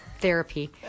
therapy